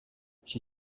she